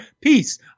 Peace